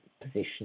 position